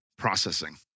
processing